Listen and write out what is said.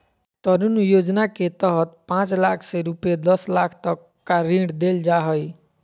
तरुण योजना के तहत पांच लाख से रूपये दस लाख तक का ऋण देल जा हइ